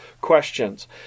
questions